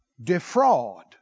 Defraud